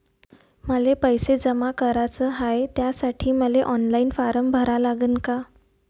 मले पैसे जमा कराच हाय, त्यासाठी मले ऑनलाईन फारम भरा लागन का?